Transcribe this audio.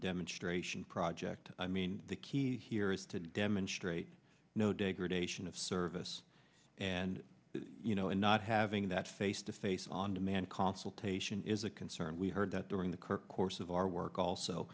demonstration project i mean the key here is to demonstrate no degradation of service and you know not having that face to face on demand consultation is a concern we heard in the current course of our work also